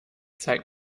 zeig